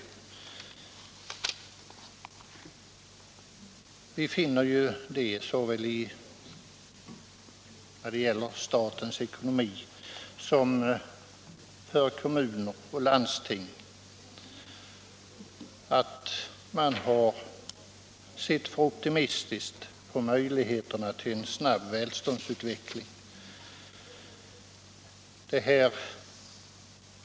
Vi finner såväl när det gäller statens ekonomi som när det gäller ekonomin i kommuner och landsting att man har sett för optimistiskt på möjligheterna till en snabb välståndsutveckling.